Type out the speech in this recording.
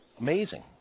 Amazing